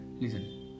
Listen